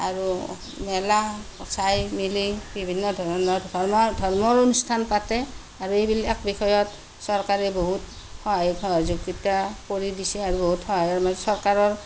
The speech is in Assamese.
আৰু মেলা চাই মেলি বিভিন্ন ধৰণৰ ধৰ্মৰ ধৰ্মৰ অনুষ্ঠান পাতে আৰু এইবিলাক বিষয়ত চৰকাৰে বহুত সহায় সহযোগিতা কৰি দিছে আৰু চৰকাৰৰ